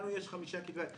לנו יש חמישה כתבי יד.